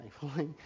Thankfully